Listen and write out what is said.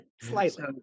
Slightly